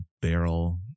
barrel